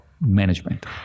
management